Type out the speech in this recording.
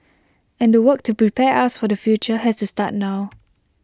and the work to prepare us for the future has to start now